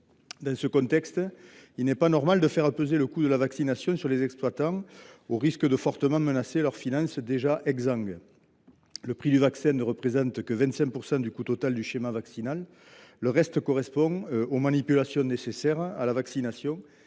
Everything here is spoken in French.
Dans ce contexte, il ne serait pas responsable de faire peser le coût de la vaccination sur les exploitants, au risque de fortement menacer leurs finances déjà exsangues. Le prix du vaccin ne représente que 25 % du coût total du schéma vaccinal, le reste correspondant aux manipulations nécessaires à la vaccination